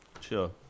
sure